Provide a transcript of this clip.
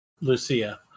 Lucia